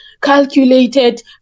calculated